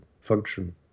function